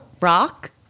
Rock